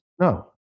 No